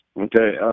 Okay